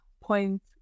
point